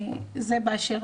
זה באשר